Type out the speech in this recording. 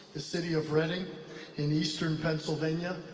the city of reading in eastern pennsylvania.